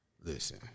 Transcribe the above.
Listen